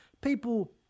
people